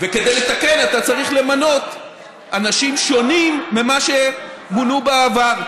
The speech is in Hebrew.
וכדי לתקן אתה צריך למנות אנשים שונים ממה שמונו בעבר.